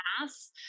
mass